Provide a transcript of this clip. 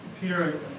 Peter